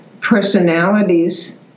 personalities